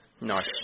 Nice